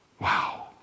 Wow